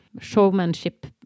showmanship